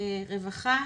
רווחה